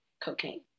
cocaine